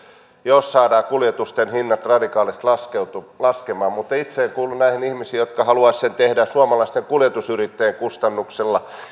jos saadaan kuljetusten hinnat radikaalisti laskemaan mutta itse en kuulu näihin ihmisiin jotka haluaisivat sen tehdä suomalaisten kuljetusyrittäjien kustannuksella